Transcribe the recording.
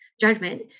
judgment